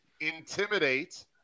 intimidate